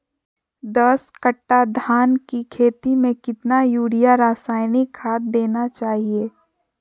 दस कट्टा धान की खेती में कितना यूरिया रासायनिक खाद देना चाहिए?